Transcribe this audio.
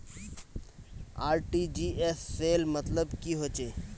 RTGS सेल मतलब की होचए?